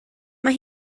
mae